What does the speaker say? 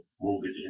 mortgage